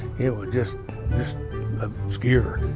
it was just just a skier.